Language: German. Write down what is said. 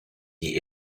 die